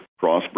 Crossbreed